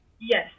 Yes